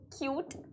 cute